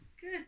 Good